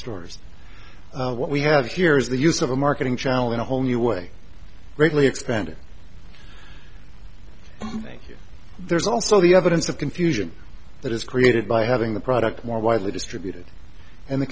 stores what we have here is the use of a marketing challenge in a whole new way greatly expanded there's also the evidence of confusion that is created by having the product more widely distributed and the